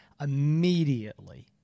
immediately